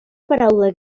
paraula